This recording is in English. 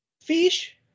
Fish